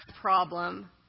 problem